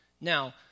Now